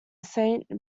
saint